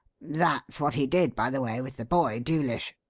that's what he did, by the way, with the boy, dewlish.